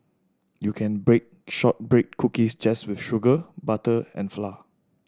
you can bake shortbread cookies just with sugar butter and flour